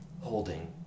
holding